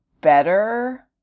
better